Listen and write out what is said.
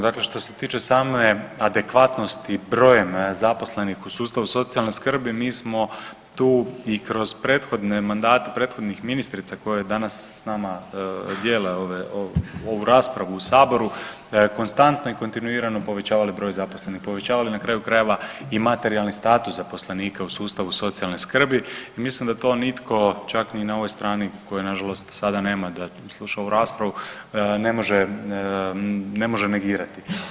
Dakle što se tiče same adekvatnosti brojem zaposlenih u sustavu socijalne skrbi, mi smo tu i kroz prethodne mandate prethodnim ministrica koja je danas s nama dijele ovu raspravu u Saboru, konstantno i kontinuirano povećavali broj zaposlenih, povećavali, na kraju krajeva i materijalni status zaposlenika u sustavu socijalne skrbi i mislim da to nitko, čak ni na ovoj strani koje nažalost sada nema da sluša ovu raspravu, ne može negirati.